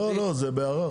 לא, זה בערר.